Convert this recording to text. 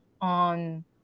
on